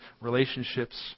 relationships